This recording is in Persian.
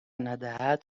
ندهد